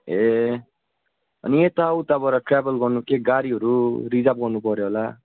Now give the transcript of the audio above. ए अनि यताउताबाट ट्र्याभल गर्नु के गाडीहरू रिजर्भ गर्नु पर्यो होला